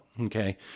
okay